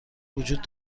وجود